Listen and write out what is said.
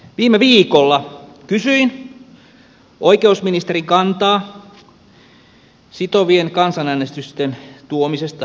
viime viikolla kysyin oikeusministerin kantaa sitovien kansanäänestysten tuomisesta suomen lainsäädäntöön